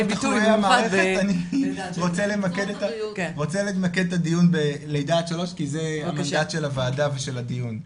אני רוצה למקד את הדיון בלידה עד 3 כי זה המנדט שח הוועדה ושל הדיון.